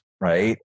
right